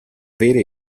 vere